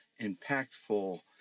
impactful